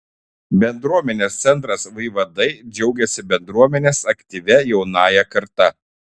bendruomenės centras vaivadai džiaugiasi bendruomenės aktyvia jaunąja karta